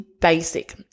basic